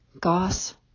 Goss